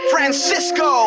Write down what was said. Francisco